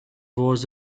was